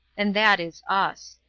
and that is us.